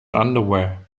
underwear